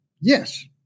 Yes